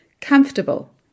comfortable